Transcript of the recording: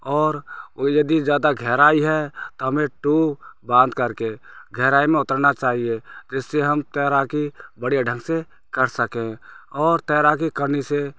और यदि ज़्यादा गहराई है तो हमें टूब बांध करके गहराई में उतरना चाहिए जिससे हम तैराकी बढ़िया ढंग से कर सकें और तैराकी करने से